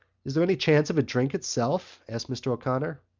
is there any chance of a drink itself? asked mr. o'connor.